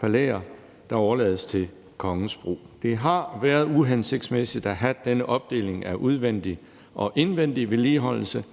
palæer, der overlades til kongens brug. Det har været uhensigtsmæssigt at have denne opdeling af udvendig og indvendig vedligeholdelse.